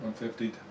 150